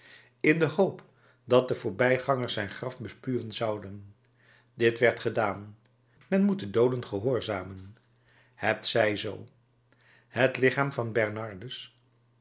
in de hoop dat de voorbijgangers zijn graf bespuwen zouden dit werd gedaan men moet de dooden gehoorzamen het zij zoo het lichaam van bernardus